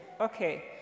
Okay